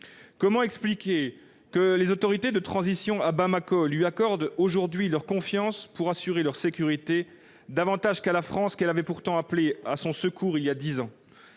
Comment expliquer que les autorités de transition à Bamako lui accordent aujourd'hui davantage leur confiance pour assurer leur sécurité qu'à la France, qu'elle avait pourtant appelée à son secours voilà dix ans ?